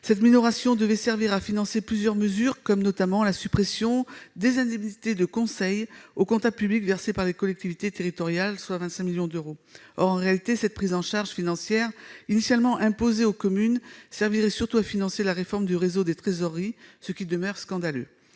Cette minoration devait servir à financer plusieurs mesures, notamment la suppression des indemnités de conseil aux comptables publics versées par les collectivités territoriales, soit 25 millions d'euros. Or, en réalité, cette prise en charge financière, initialement imposée aux communes, servirait surtout à financer la réforme du réseau des trésoreries ; ce qui demeure scandaleux.